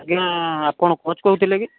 ଆଜ୍ଞା ଆପଣ କୋଚ୍ କହୁଥିଲେ କି